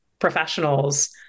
Professionals